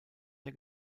der